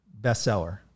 bestseller